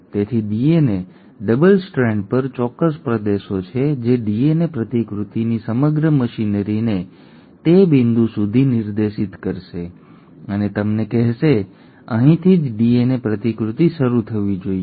તેથી DNA double strand પર ચોક્કસ પ્રદેશો છે જે ડીએનએ પ્રતિકૃતિની સમગ્ર મશીનરીને તે બિંદુ સુધી નિર્દેશિત કરશે અને તેમને કહેશે કે અહીંથી જ ડીએનએ પ્રતિકૃતિ શરૂ થવી જોઈએ